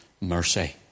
mercy